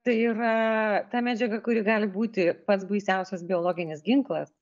tai yra ta medžiaga kuri gali būti pats baisiausias biologinis ginklas